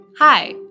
Hi